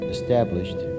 Established